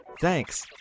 Thanks